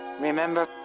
Remember